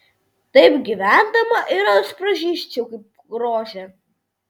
taip gyvendama ir aš pražysčiau kaip rožė